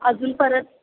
अजून परत